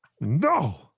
No